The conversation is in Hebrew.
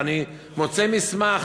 ואני מוצא מסמך